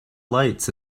lights